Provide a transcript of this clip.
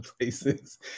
places